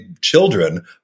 children